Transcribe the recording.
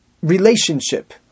relationship